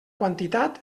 quantitat